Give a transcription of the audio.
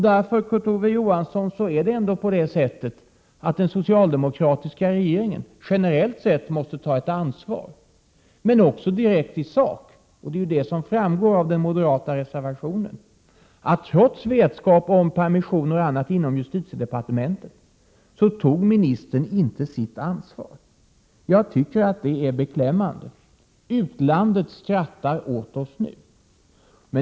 Därför måste den socialdemokratiska regeringen generellt sett ta ett ansvar, Kurt Ove Johansson, men också direkt i sak, som framgår av den moderata reservationen. Trots vetskap om permissioner och annat inom justitiedepartementet tog ministern inte sitt ansvar. Jag tycker att det är beklämmande. Utlandet skrattar åt oss nu.